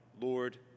Lord